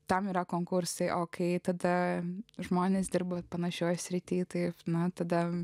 tam yra konkursai o kai tada žmonės dirba panašioje srityje tai man tada